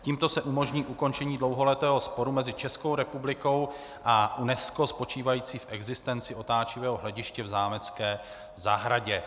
Tímto se umožní ukončení dlouholetého sporu mezi Českou republikou a UNESCO spočívající v existenci otáčivého hlediště v zámecké zahradě.